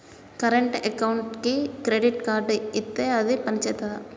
Current అకౌంట్కి credit card ఇత్తే అది పని చేత్తదా?